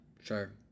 Sure